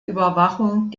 überwachung